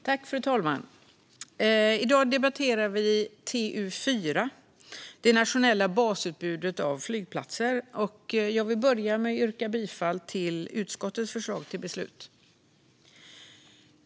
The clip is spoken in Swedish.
Fru talman! I dag debatterar vi TU4 Det nationella basutbudet av flygplatser . Jag vill börja med att yrka bifall till utskottets förslag till beslut.